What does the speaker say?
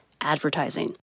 advertising